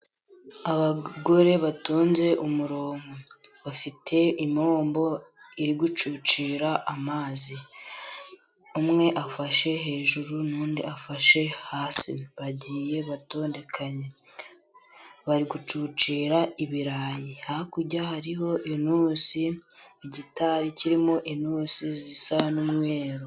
Abagore batonze umurongo, bafite impombo iri gucucira amazi. Umwe afashe hejuru n'undi afashe hasi, bagiye batondetse bari gucucira ibirayi. Hakurya hariho intusi, igitari kirimo intusi zisa n'umweru.